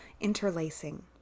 interlacing